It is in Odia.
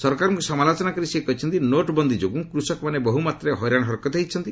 ସରକାରଙ୍କୁ ସମାଲୋଚନା କରି ସେ କହିଛନ୍ତି ନୋଟ୍ ବନ୍ଦି ଯୋଗୁଁ କୃଷକମାନେ ବହୁ ମାତ୍ରାରେ ହଇରାଣ ହରକତ ହୋଇଛନ୍ତି